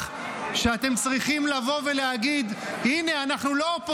לוקח מהם כסף ומגדיל את המסגרת,